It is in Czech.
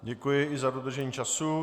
Děkuji i za dodržení času.